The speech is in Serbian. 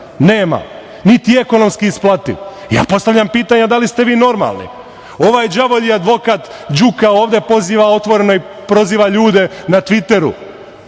niti je ekonomski isplativ. Ja postavljam pitanje – da li ste vi normalni? Ovaj đavolji advokat Đuka ovde poziva otvoreno i proziva ljude na Tviteru